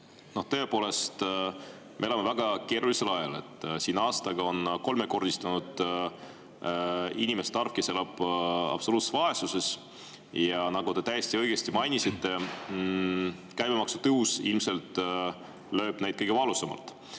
Tõepoolest, me elame väga keerulisel ajal. Aastaga on kolmekordistunud nende inimeste arv, kes elavad absoluutses vaesuses, ja nagu te täiesti õigesti mainisite, käibemaksu tõus ilmselt lööb neid kõige valusamalt